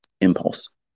impulse